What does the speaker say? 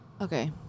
okay